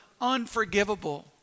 unforgivable